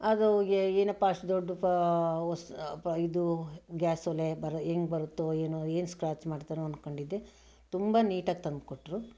ಅದು ಏ ಏನಪ್ಪ ಅಷ್ಟು ದೊಡ್ಡ ಇದೂ ಗ್ಯಾಸ್ ಒಲೆ ಹೇಗೆ ಬರುತ್ತೋ ಏನೋ ಸ್ಕ್ರಾಚ್ ಮಾಡ್ತಾರೋ ಅನ್ಕಂಡಿದ್ದೆ ತುಂಬ ನೀಟಾಗಿ ತಂದ್ಕೊಟ್ರು